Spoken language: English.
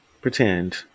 pretend